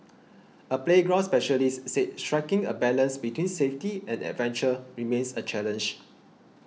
a playground specialist said striking a balance between safety and adventure remains a challenge